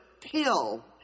pill